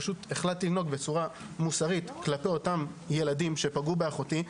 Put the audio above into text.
פשוט החלטתי לנהוג בצורה מוסרית כלפי אותם ילדים שפגעו באחותי,